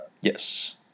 Yes